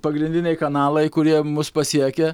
pagrindiniai kanalai kurie mus pasiekia